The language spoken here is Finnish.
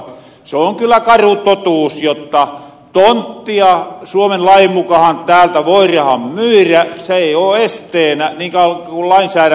se on kyllä karu totuus jotta tonttia suomen lain mukahan täältä voirahan myyrä se ei oo esteenä niin kauan kun lainsäädäntö on tälläänen